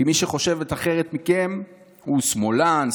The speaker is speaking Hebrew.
כי מי שחושב אחרת מכם הוא שמאלן,